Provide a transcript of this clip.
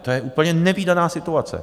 To je úplně nevídaná situace.